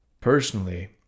Personally